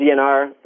DNR